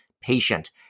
patient